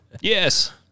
Yes